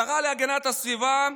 השרה להגנת הסביבה,